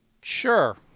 Sure